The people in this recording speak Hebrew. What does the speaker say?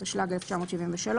התשל"ג 1973,